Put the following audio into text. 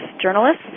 journalists